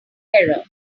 error